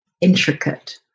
intricate